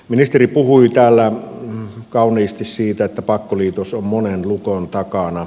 ministeri puhui täällä kauniisti siitä että pakkoliitos on monen lukon takana